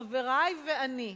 חברי ואני,